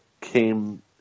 came